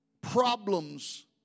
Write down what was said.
problems